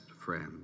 friend